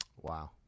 Wow